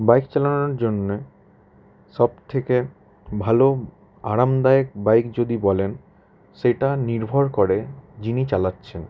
bike চালানোর জন্যে সবথেকে ভালো আরামদায়ক বাইক যদি বলেন সেটা নির্ভর করে যিনি চালাচ্ছেন